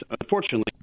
unfortunately